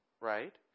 right